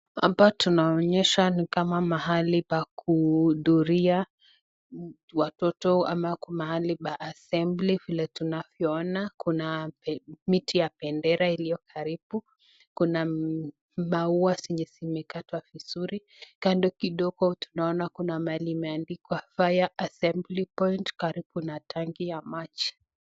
hapa tunaonyesha kama ni mahali pakuudhuria watoto ama mahali pa (cs)assembly(cs)vile tunavyo ona kuna miti ya bendera iliyokaribu, kuna maua zenye zimekatwa vizuri kando kidogo tunaona mahali imeandikwa (cs)fire assembly point(cs) karibu na tangi ya maji.